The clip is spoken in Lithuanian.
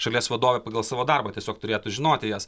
šalies vadovė pagal savo darbą tiesiog turėtų žinoti jas